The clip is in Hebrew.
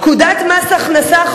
פקודת מס הכנסה,